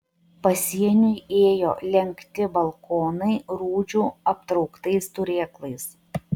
pasieniui ėjo lenkti balkonai rūdžių aptrauktais turėklais